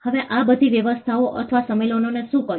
હવે આ બધી વ્યવસ્થાઓ અથવા સંમેલનોએ શું કર્યું